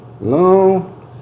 No